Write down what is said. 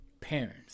parents